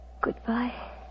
Goodbye